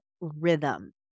rhythm